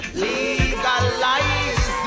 legalize